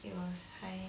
it was high